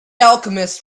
alchemist